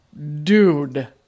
Dude